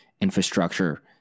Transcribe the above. infrastructure